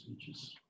speeches